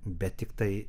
bet tiktai